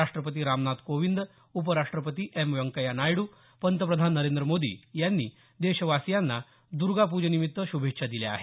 राष्ट्रपती रामनाथ कोविंद उपराष्ट्रपती एम व्यंकय्या नायडू पंतप्रधान नरेंद्र मोदी यांनी देशवासियांना दर्गापूजेनिमित्त शूभेच्छा दिल्या आहेत